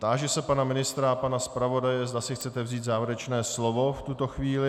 Táži se pana ministra a pana zpravodaje, zda si chcete vzít závěrečné slovo v tuto chvíli.